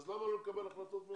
אז למה לא לקבל החלטות מראש?